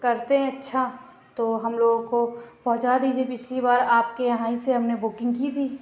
کرتے ہیں اچھا تو ہم لوگوں کو پہنچا دیجیے پچھلی بار آپ کے یہاں ہی سے ہم نے بکنگ کی تھی